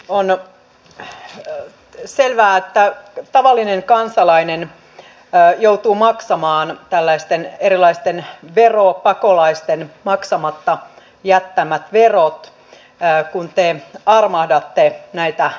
on selvää että tavallinen kansalainen joutuu maksamaan tällaisten erilaisten veropakolaisten maksamatta jättämät verot kun te armahdatte näitä veropakolaisia